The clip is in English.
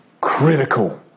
critical